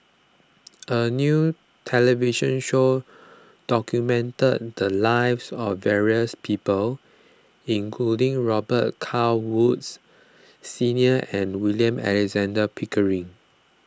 a new television show documented the lives of various people including Robet Carr Woods Senior and William Alexander Pickering